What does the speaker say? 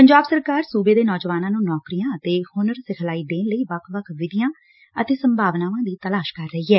ਪੰਜਾਬ ਸਰਕਾਰ ਸੁਬੇ ਦੇ ਨੌਜਵਾਨਾਂ ਨੰ ਨੌਕਰੀਆਂ ਅਤੇ ਹੁਨਰ ਸਿਖਲਾਈ ਦੇਣ ਲਈ ਵੱਖ ਵੱਖ ਵਿਧੀਆਂ ਅਤੇ ਸੰਭਾਵਨਾਵਾਂ ਦੀ ਤਲਾਸ਼ ਕਰ ਰਹੀ ਐ